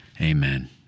Amen